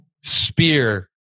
spear